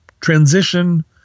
transition